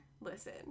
Listen